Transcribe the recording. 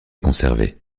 conservée